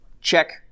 check